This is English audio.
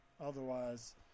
otherwise